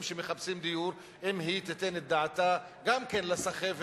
שמחפשים דיור אם היא תיתן את דעתה גם לסחבת